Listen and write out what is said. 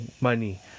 money